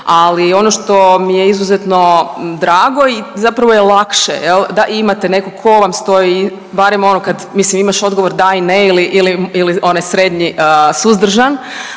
Ali, ono što mi je izuzetno drago i zapravo je lakše da imate nekog tko vam stoji, barem ono kad, mislim imaš odgovor da i ne ili onaj srednji suzdržan